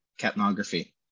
capnography